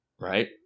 Right